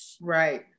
Right